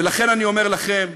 ולכן, אני אומר לכם: